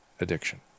addiction